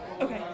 Okay